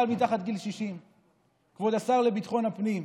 מתחת גיל 60. כבוד השר לביטחון הפנים,